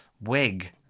Wig